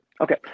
Okay